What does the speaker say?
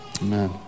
Amen